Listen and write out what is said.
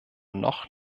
noch